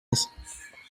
nshya